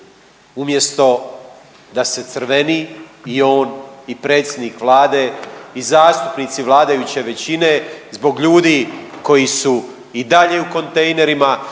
Umjesto da se crveni i on i predsjednik Vlade i zastupnici vladajuće većine zbog ljudi koji su i dalje u kontejnerima,